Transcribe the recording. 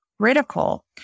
critical